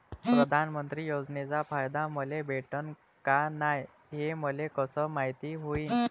प्रधानमंत्री योजनेचा फायदा मले भेटनं का नाय, हे मले कस मायती होईन?